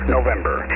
November